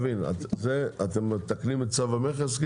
אתם מתקנים את צו המכס?